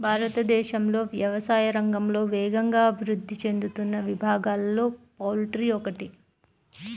భారతదేశంలో వ్యవసాయ రంగంలో వేగంగా అభివృద్ధి చెందుతున్న విభాగాలలో పౌల్ట్రీ ఒకటి